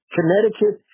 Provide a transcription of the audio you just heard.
Connecticut